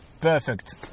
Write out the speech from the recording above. perfect